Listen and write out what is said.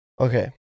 Okay